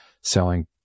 selling